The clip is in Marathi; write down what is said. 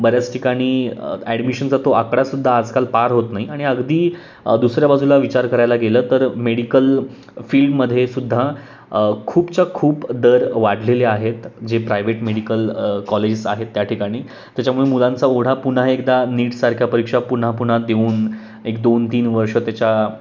बऱ्याच ठिकाणी ॲडमिशनचा तो आकडा सुद्धा आजकाल पार होत नाही आणि अगदी दुसऱ्या बाजूला विचार करायला गेलं तर मेडिकल फील्डमध्ये सुद्धा खूपच्या खूप दर वाढलेल्या आहेत जे प्रायव्हेट मेडिकल कॉलेजेस आहेत त्या ठिकाणी त्याच्यामुळे मुलांचा ओढा पुन्हा एकदा नीटसारख्या परीक्षा पुन्हा पुन्हा देऊन एक दोन तीन वर्ष त्याच्या